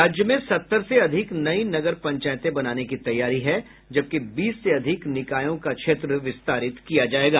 राज्य में सत्तर से अधिक नई नगर पंचायतें बनाने की तैयारी है जबकि बीस से अधिक निकायों का क्षेत्र विस्तारित किया जायेगा